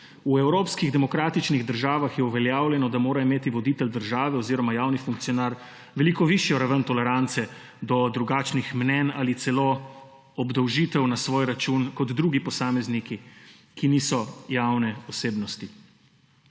V evropskih demokratičnih državah je uveljavljeno, da mora imeti voditelj države oziroma javni funkcionar veliko višjo raven **81. TRAK: (NM) – 19.40** (nadaljevanje) tolerance do drugačnih mnenj ali celo obdolžitev na svoj račun kot drugi posamezniki, ki niso javne osebnosti.